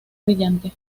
brillante